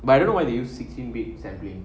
but I don't know why did you sixteen bit sampling